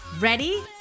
Ready